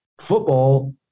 football